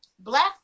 Black